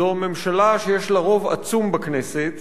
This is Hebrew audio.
זו ממשלה שיש לה רוב עצום בכנסת,